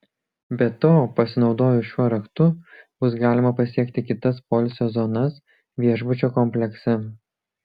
be to pasinaudojus šiuo raktu bus galima pasiekti kitas poilsio zonas viešbučio komplekse